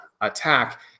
attack